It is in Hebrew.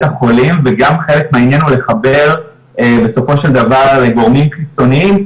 החולים וגם חלק מהעניין הוא לחבר בסופו של דבר גורמים חיצוניים,